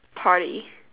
party